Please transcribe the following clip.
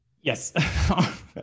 Yes